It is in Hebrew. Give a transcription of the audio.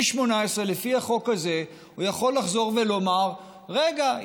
לפי החוק הזה בגיל 18 הוא יכול לחזור ולומר: רגע,